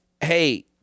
Hey